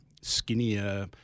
skinnier